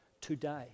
today